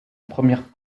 première